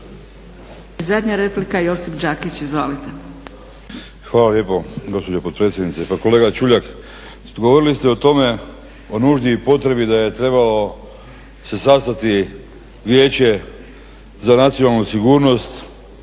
Zadnja replika Josip Đakić. Izvolite.